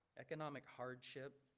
economic hardship,